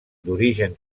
d’origen